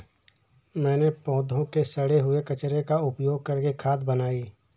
मैंने पौधों के सड़े हुए कचरे का उपयोग करके खाद बनाई